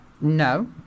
No